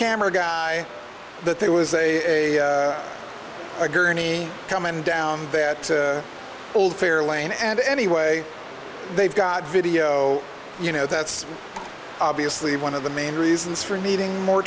camera guy that there was a gurney coming down that old fair lane and anyway they've got video you know that's obviously one of the main reasons for needing more